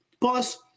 Plus